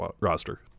roster